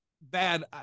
Bad